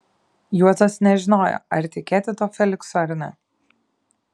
juozas nežinojo ar tikėti tuo feliksu ar ne